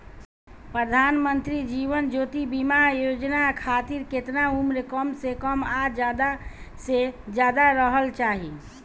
प्रधानमंत्री जीवन ज्योती बीमा योजना खातिर केतना उम्र कम से कम आ ज्यादा से ज्यादा रहल चाहि?